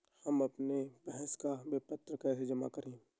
हम अपने गैस का विपत्र कैसे जमा करें?